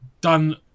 done